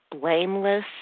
blameless